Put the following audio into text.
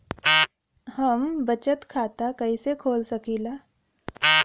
हम बचत खाता कईसे खोल सकिला?